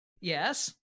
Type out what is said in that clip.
Yes